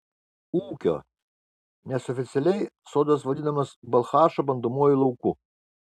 ūkio nes oficialiai sodas vadinamas balchašo bandomuoju lauku